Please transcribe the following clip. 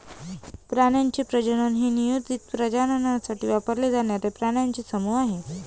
प्राण्यांचे प्रजनन हे नियोजित प्रजननासाठी वापरले जाणारे प्राण्यांचे समूह आहे